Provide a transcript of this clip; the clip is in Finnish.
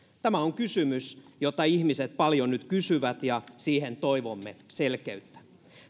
tämä on kysymys jota ihmiset paljon nyt kysyvät ja siihen toivomme selkeyttä